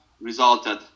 resulted